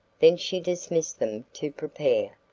then she dismissed them to prepare.